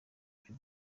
byo